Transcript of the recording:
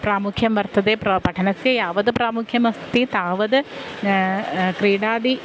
प्रामुख्यं वर्तते प्रति पठनस्य यावद् प्रामुख्यम् अस्ति तावद् क्रीडादीनां